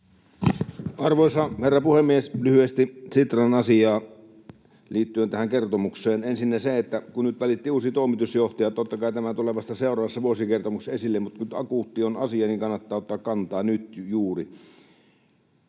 Arvoisa herra puhemies! Lyhyesti Sitran asiaa liittyen tähän kertomukseen: Ensinnä se, että kun nyt valittiin uusi toimitusjohtaja, niin totta kai tämä tulee vasta seuraavassa vuosikertomuksessa esille, mutta kun asia on nyt akuutti, niin kannattaa ottaa kantaa juuri